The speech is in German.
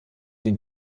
den